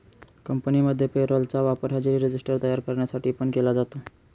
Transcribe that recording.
कंपनीमध्ये payroll चा वापर हजेरी रजिस्टर तयार करण्यासाठी पण केला जातो